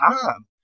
time